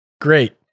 Great